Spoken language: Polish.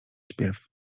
śpiew